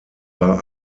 war